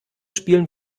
spielen